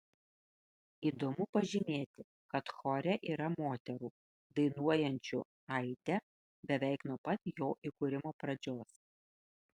įdomu pažymėti kad chore yra moterų dainuojančių aide beveik nuo pat jo įkūrimo pradžios